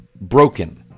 broken